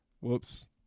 Whoops